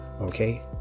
okay